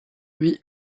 lui